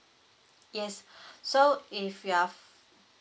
yes so if you are